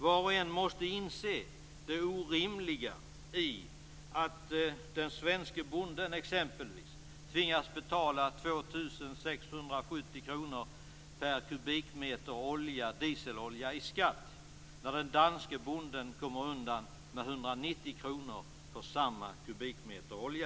Var och en måste inse det orimliga i att den svenske bonden exempelvis tvingas betala 2 670 kr per kubikmeter dieselolja i skatt när den danske bonden kommer undan med 190 kr för samma kubikmeter olja.